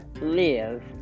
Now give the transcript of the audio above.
live